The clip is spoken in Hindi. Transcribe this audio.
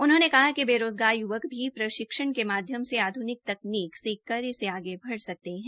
उन्होंने कहा कि बेरोज़गार य्वक भी प्रशिक्षण के माध्यम से आध्निक तकनीक सीखकर इसे आगे बढ़ सकते है